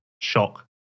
shock